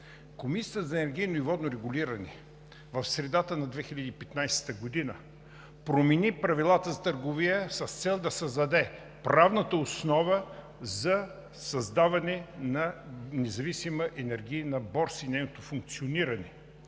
Комисията за енергийно и водно регулиране в средата на 2015 г. промени правилата за търговия с цел да създаде правната основа за създаване на независима енергийна борса и нейното функциониране.